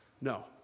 No